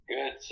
Good